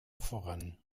voran